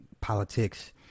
politics